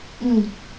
mm